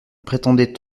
prétendait